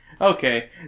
Okay